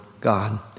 God